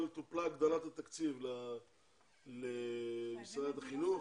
טופלה הגדלת התקציב למשרד החינוך,